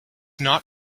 not